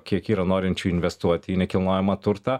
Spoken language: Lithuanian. kiek yra norinčių investuoti į nekilnojamą turtą